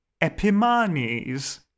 Epimanes